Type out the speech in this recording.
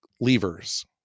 levers